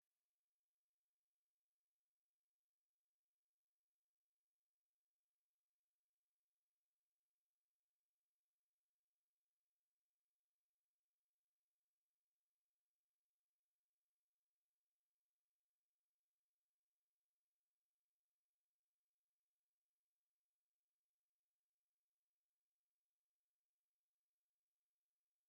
Umugabo uri imbere y’itsinda ry’abanyeshuri bambaye imyenda ya siporo y’ubururu iriho amagambo, G.S RILIMA CATHOLIQUE TSS ku mugongo. Biragaragara ko ari mu rwego rwo kubaganiriza cyangwa kubigisha, kuko yegereye abo banyeshuri, kandi afite uburyo bwo kuvuga cyangwa gusobanura, amaboko afunguye imbere.